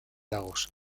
lagos